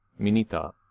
Minita